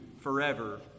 forever